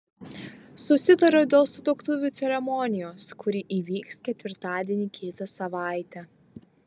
susitariau dėl sutuoktuvių ceremonijos kuri įvyks ketvirtadienį kitą savaitę